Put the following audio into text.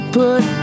put